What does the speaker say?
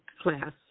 class